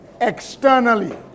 externally